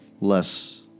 less